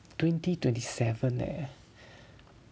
twenty twenty seven leh